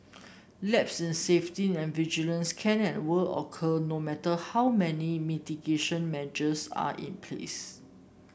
lapses in safety and vigilance can and will occur no matter how many mitigation measures are in place